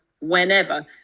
whenever